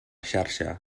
xarxa